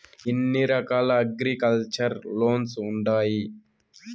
ఎన్ని రకాల agriculture loans ఉండాయి